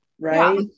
Right